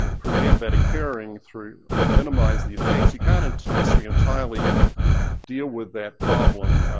um prevent that occurring through and minimize the effects. you can't necessarily entirely deal with that problem